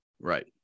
Right